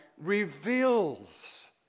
reveals